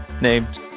named